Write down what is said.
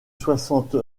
soixante